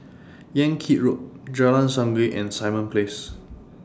Yan Kit Road Jalan Sungei and Simon Place